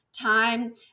time